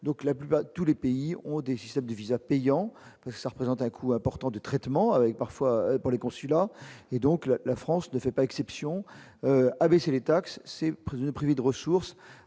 donc la pub à tous les pays ont des systèmes de VISA payant, ça représente un coût important de traitement avec parfois pour les consulats, et donc la, la France ne fait pas exception à baisser les taxes c'est le privé de ressources,